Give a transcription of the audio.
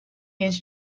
genç